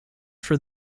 for